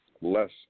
less